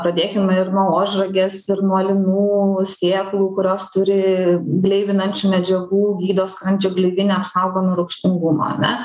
pradėkime ir nuo ožragės ir nuo linų sėklų kurios turi gleivinančių medžiagų gydo skrandžio gleivinę apsaugo nuo rūgštingumo ar ne